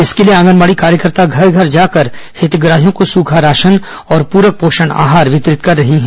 इसके लिए आंगनबाड़ी कार्यकर्ता घर घर जाकर हितग्राहियों को सुखा राशन और प्रक पोषण आहार वितरित कर रही हैं